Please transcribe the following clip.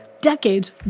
decades